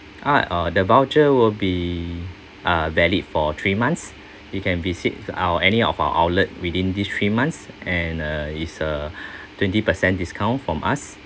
ah oh the voucher will be uh valid for three months you can visit our any of our outlet within these three months and uh it's a twenty percent discount from us